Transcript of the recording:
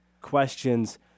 questions